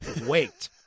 wait